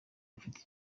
bafite